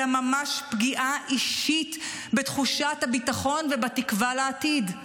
אלא ממש פגיעה אישית בתחושת הביטחון ובתקווה לעתיד.